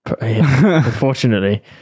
unfortunately